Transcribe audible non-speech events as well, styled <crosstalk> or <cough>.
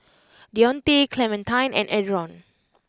<noise> Dionte Clementine and Adron